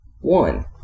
one